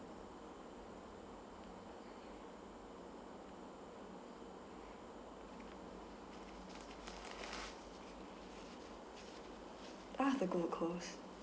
ah the gold coast